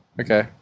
okay